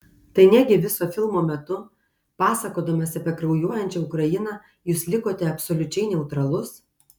tai negi viso filmo metu pasakodamas apie kraujuojančią ukrainą jūs likote absoliučiai neutralus